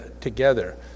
together